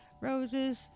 roses